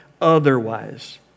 otherwise